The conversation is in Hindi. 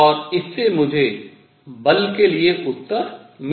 और इससे मुझे बल के लिए उत्तर मिल जाएगा